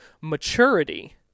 maturity